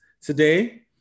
today